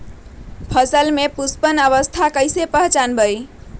फसल में पुष्पन अवस्था कईसे पहचान बई?